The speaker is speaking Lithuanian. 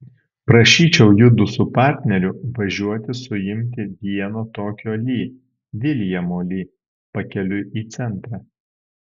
prašyčiau judu su partneriu važiuoti suimti vieno tokio li viljamo li pakeliui į centrą